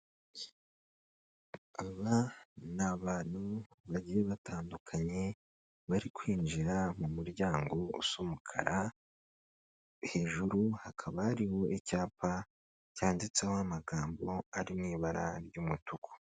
Aba ni abantu bagiye batandukanye bari kwinjira mu muryango asa umukara hejuru hakaba hari icyapa cyanditseho amagambo ari mu ibara ry'umutuku.